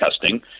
testing